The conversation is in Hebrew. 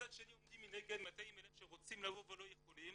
מצד שני עומדים מנגד 200,000 שרוצים לבוא ולא יכולים,